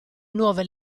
nuove